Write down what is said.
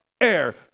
air